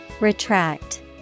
Retract